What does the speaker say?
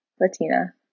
Latina